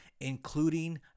including